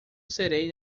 serei